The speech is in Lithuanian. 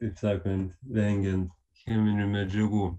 taip sakant vengiant cheminių medžiagų